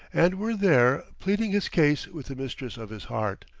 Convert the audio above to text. and were there, pleading his case with the mistress of his heart.